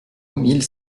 mille